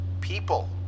People